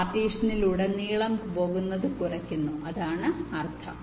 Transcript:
പാർട്ടീഷനിലുടനീളം പോകുന്നത് കുറയ്ക്കുന്നു അതാണ് അർഥം